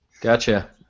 Gotcha